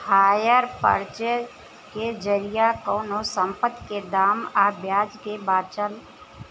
hire purchase के जरिया कवनो संपत्ति के दाम आ ब्याज के बाचल